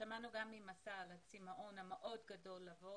שמענו גם מ-מסע על הצימאון המאוד גדול לבוא